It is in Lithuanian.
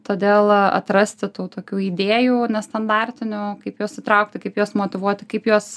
todėl atrasti tų tokių idėjų nestandartinio kaip juos įtraukti kaip juos motyvuoti kaip juos